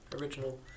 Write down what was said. original